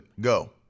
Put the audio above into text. go